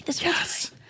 Yes